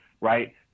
right